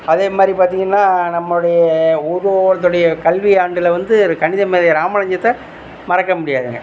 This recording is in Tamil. அதேமாதிரி பார்த்தீங்கன்னா நம்மளுடைய ஒவ்வொருத்தருடைய கல்வி ஆண்டில் வந்து கணிதமேதை ராமானுஜத்தை மறக்க முடியாதுங்க